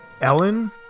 Ellen